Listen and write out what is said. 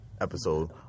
episode